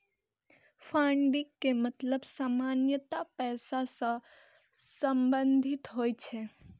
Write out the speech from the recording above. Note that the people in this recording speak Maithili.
फंडिंग के मतलब सामान्यतः पैसा सं संबंधित होइ छै